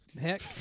heck